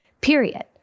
Period